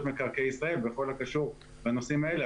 מקרקעי ישראל בכל הקשור לנושאים האלה.